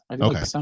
okay